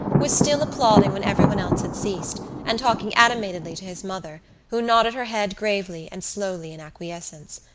was still applauding when everyone else had ceased and talking animatedly to his mother who nodded her head gravely and slowly in acquiescence.